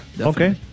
Okay